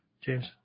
James